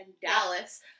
Dallas